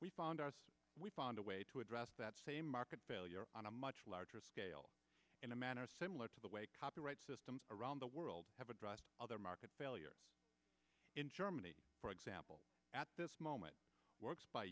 we found our we found a way to address that same market failure on a much larger scale in a manner similar to the way copyright systems around the world have addressed other market failure in germany for example at this moment works by